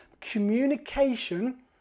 Communication